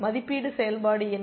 மதிப்பீட்டு செயல்பாடு என்ன